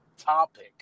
topic